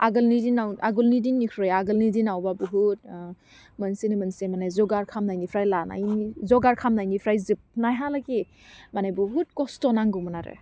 आगोलनि दिनाव आगोलनि दिननिफ्राय आगोलनि दिनावबा बहुद ओह मोनसेनि मोनसे माने जुगार खालामनायनिफ्राय लानायनि जगार खालामनायनिफ्राय जोबनायहालागि मानि बहुद खस्ट' नांगौमोन आरो